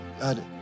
God